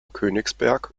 königsberg